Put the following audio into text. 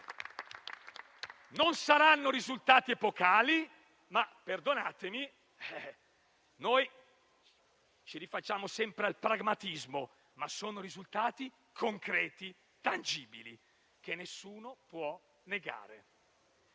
Non saranno risultati epocali, ma - perdonatemi se ci rifacciamo sempre al pragmatismo - sono risultati concreti e tangibili che nessuno può negare.